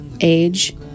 age